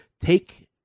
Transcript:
take